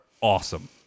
awesome